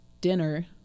dinner